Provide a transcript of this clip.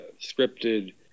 scripted